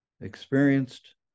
experienced